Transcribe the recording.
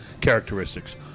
characteristics